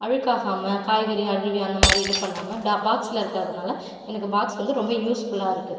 அழுக்காகாமல் காய்கறியும் அழுகி அந்த மாதிரி இது பண்ணாமல் டா பாக்ஸில் இருக்கிறதுனால எனக்கு பாக்ஸ் வந்து ரொம்ப யூஸ்ஃபுல்லாக இருக்குது